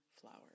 flowers